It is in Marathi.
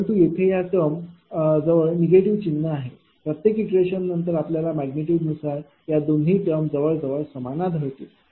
परंतु येथे या टर्म जवळ निगेटिव्ह चिन्ह आहे प्रत्येक इटरेशननंतर आपल्याला मॅग्निट्यूडनुसार या दोन्ही टर्म जवळ जवळ समान आढळतील